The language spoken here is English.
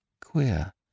queer